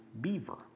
Beaver